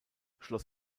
schloss